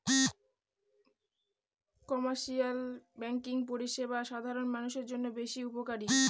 commercial banking পরিষেবা সাধারণ মানুষের জন্য বেশ উপকারী